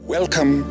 Welcome